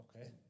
Okay